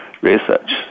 research